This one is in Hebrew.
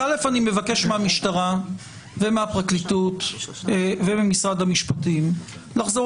אני מבקש מהמשטרה ומהפרקליטות וממשרד המשפטים לחזור